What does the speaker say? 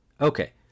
Okay